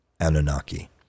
Anunnaki